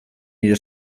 nire